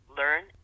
learn